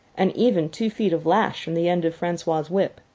and even two feet of lash from the end of francois's whip.